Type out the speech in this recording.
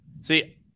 See